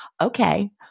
okay